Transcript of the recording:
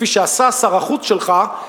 כפי שעשה שר החוץ שלך,